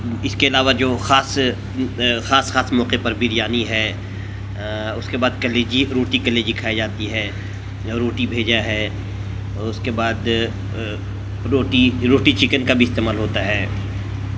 اس کے علاوہ جو خاص خاص خاص موقعے پر بریانی ہے اس کے بعد کلیجی روٹی کلیجی کھائی جاتی ہے روٹی بھیجا ہے اور اس کے بعد روٹی روٹی چکن کا بھی استعمال ہوتا ہے